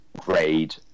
grade